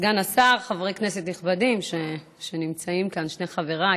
סגן השר, חברי כנסת נכבדים שנמצאים כאן, שני חבריי